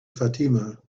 fatima